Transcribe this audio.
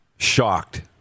shocked